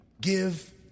give